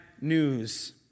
news